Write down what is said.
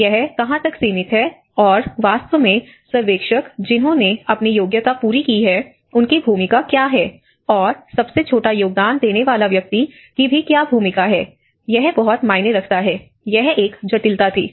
यह कहां तक सीमित है और वास्तव में सर्वेक्षक जिन्होंने अपनी योग्यता पूरी की है उनकी भूमिका क्या है और सबसे छोटा योगदान देने वाले व्यक्ति की भी क्या भूमिका है यह बहुत मायने रखता है यह एक जटिलता थी